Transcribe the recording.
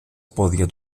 πόδια